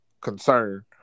concern